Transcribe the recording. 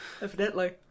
Evidently